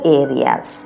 areas